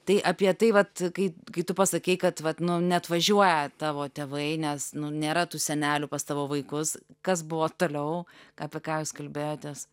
tai apie tai vat kai kai tu pasakei kad vat nu neatvažiuoja tavo tėvai nes nu nėra tų senelių pas tavo vaikus kas buvo toliau apie ką jūs kalbėjotės